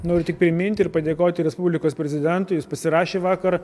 noriu tik priminti ir padėkoti respublikos prezidentui jis pasirašė vakar